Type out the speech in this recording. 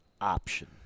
option